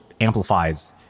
amplifies